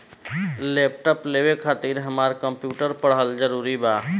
Laptop लेवे खातिर हमरा कम्प्युटर पढ़ल जरूरी बा?